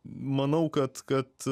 manau kad kad